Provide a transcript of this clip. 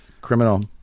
criminal